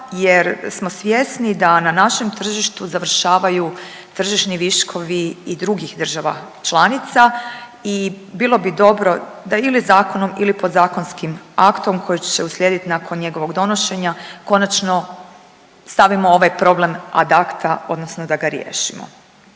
jer smo svjesni da na našem tržištu završavaju tržišni viškovi i drugih država članica i bilo bi dobro da ili zakonom ili podzakonskim aktom koji će uslijediti nakon njegovog donošenja konačno stavimo ovaj problem ad acta odnosno da ga riješimo.